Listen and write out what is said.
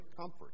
comfort